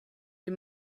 est